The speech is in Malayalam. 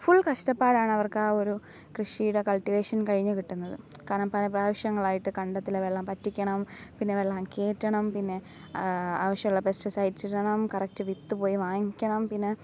ഫുൾ കഷ്ടപ്പാടാണ് അവർക്ക് ആ ഒരു കൃഷിയുടെ കൾട്ടിവേഷൻ കഴിഞ്ഞു കിട്ടുന്നത് കാരണം പല പ്രാവശ്യങ്ങളായിട്ട് കണ്ടത്തിലെ വെള്ളം വറ്റിക്കണം പിന്നെ വെള്ളം കയറ്റണം പിന്നെ ആവശ്യമുള്ള പെസ്റ്റിസൈഡ്സ് ഇ ടണം കറക്റ്റ് വിത്തു പോയി വാങ്ങിക്കണം പിന്നെ